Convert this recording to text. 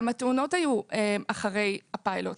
כמה תאונות היו אחרי הפיילוט?